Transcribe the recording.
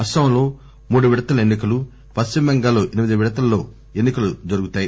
అస్పాంలో మూడు విడతల్లో ఎన్ని కలు పశ్చిమ బెంగాల్ లో ఎనిమిది విడతల్లో ఎన్ని కలు జరుగుతున్నాయి